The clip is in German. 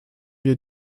wir